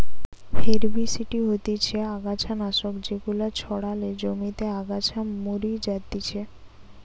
herbicide হতিছে অগাছা নাশক যেগুলা ছড়ালে জমিতে আগাছা মরি যাতিছে